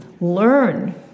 learn